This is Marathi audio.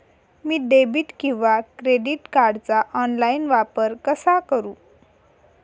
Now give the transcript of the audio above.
मी डेबिट किंवा क्रेडिट कार्डचा ऑनलाइन वापर कसा करु?